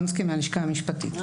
מהלשכה המשפטית.